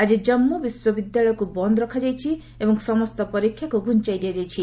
ଆଜି ଜାନ୍ମୁ ବିଶ୍ୱବିଦ୍ୟାଳୟକୁ ବନ୍ଦ ରଖାଯାଇଛି ଏବଂ ସମସ୍ତ ପରୀକ୍ଷାକୁ ଘୁଞ୍ଚାଇ ଦିଆଯାଇଛି